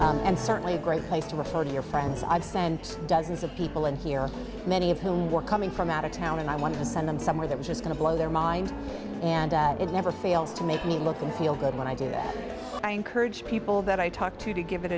to and certainly a great place to refer to your friends i've sent dozens of people in here many of whom were coming from out of town and i want to send them somewhere that was going to blow their mind and it never fails to make me look and feel good when i do that i encourage people that i talk to to give it